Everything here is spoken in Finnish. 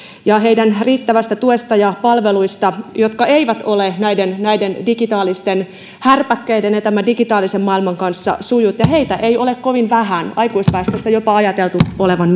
ja heidän riittävästä tuesta ja palveluista jotka eivät ole näiden näiden digitaalisten härpäkkeiden ja tämän digitaalisen maailman kanssa sujut heitä ei ole kovin vähän aikuisväestöstä on ajateltu olevan